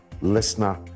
listener